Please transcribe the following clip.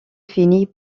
finit